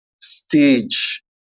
stage